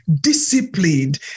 disciplined